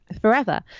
forever